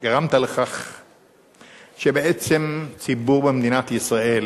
גרמת לכך שבעצם הציבור במדינת ישראל